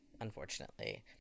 unfortunately